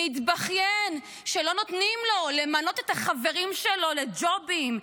מתבכיין שלא נותנים לו למנות את החברים שלו לג'ובים,